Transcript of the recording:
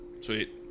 Sweet